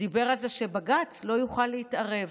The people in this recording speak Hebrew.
דיבר על זה שבג"ץ לא יוכל להתערב.